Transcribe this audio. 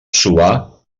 suar